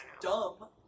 dumb